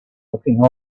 looking